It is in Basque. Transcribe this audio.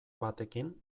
batekin